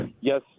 yes